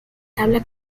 tabla